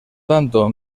tanto